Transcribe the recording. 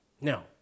Now